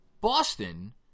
Boston